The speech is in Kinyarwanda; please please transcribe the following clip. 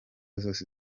zose